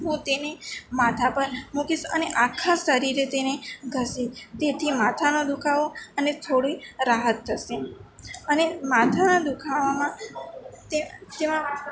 હું તેને માથા પર મૂકીશ અને આખા શરીરે તેને ઘસીસ તેથી માથાનો દુખાવો અને થોડી રાહત થશે અને માથાના દુખાવામાં તે તેમાં